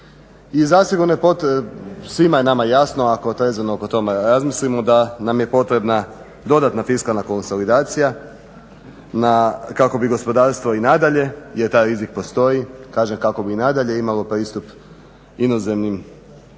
I zasigurno je, svima je nama jasno ako trezveno oko toga razmislimo, da nam je potrebna dodatna fiskalna konsolidacija kako bi gospodarstvo i nadalje, jer taj rizik postoji, kažem kako bi i nadalje imalo pristup inozemnim